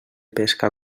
pesca